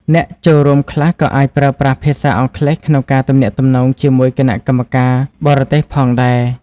អ្នកចូលរួមខ្លះក៏អាចប្រើប្រាស់ភាសាអង់គ្លេសក្នុងការទំនាក់ទំនងជាមួយគណៈកម្មការបរទេសផងដែរ។